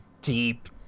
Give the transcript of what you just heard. deep